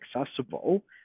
accessible